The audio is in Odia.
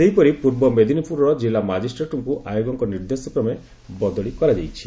ସେହିପରି ପୂର୍ବ ମେଦିନୀପୁରର ଜିଲ୍ଲା ମାଜିଷ୍ଟ୍ରେଟଙ୍କୁ ଆୟୋଗଙ୍କ ନିର୍ଦ୍ଦେଶକ୍ରମେ ବଦଳି କରାଯାଇଛି